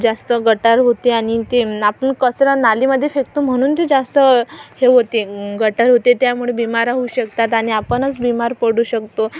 जास्त गटार होते आणि ते आपण कचरा नालीमध्ये फेकतो म्हणून ते जास्त हे होते गटार होते त्यामुळे बिमाऱ्या होऊ शकतात आणि आपणचं बिमार पडू शकतो